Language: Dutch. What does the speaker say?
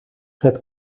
het